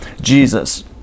Jesus